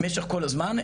למשך כל הזמן,